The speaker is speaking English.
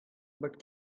but